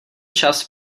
čas